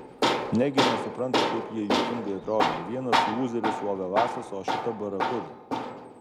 negi nesupranta kaip jie juokingai atrodo vienas lūzeris lovelasas o šita barakuda